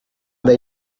they